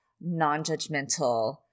non-judgmental